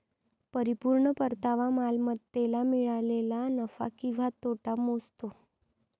परिपूर्ण परतावा मालमत्तेला मिळालेला नफा किंवा तोटा मोजतो